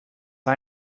war